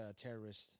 terrorist